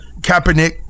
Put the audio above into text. Kaepernick